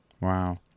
Wow